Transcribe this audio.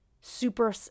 super